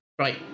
Right